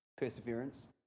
perseverance